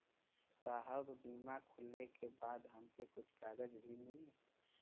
साहब बीमा खुलले के बाद हमके कुछ कागज भी मिली?